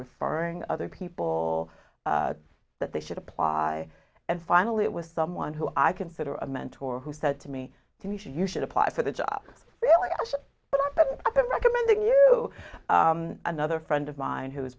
referring other people that they should apply and finally it was someone who i consider a mentor who said to me can you should you should apply for the job really i'm recommending you another friend of mine who was